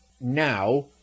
now